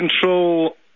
control